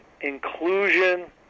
inclusion